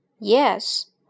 Yes